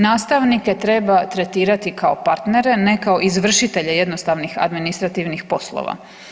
Nastavnike treba tretirati kao partnere ne kao izvršitelje jednostavnih administrativnih poslova.